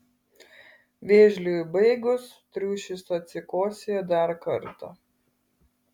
vėžliui baigus triušis atsikosėjo dar kartą